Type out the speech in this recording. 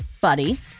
Buddy